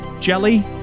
jelly